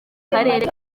karere